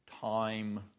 time